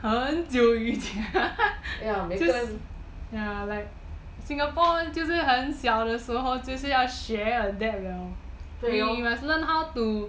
很久以前 ya like singapore 很小的时候就要学 adapt 了 we must learn how to